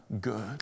good